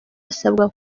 asabwa